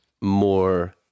more